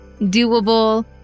doable